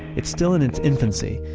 it's still in its infancy,